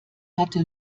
hatte